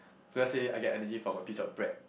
let's say I get energy from a piece of bread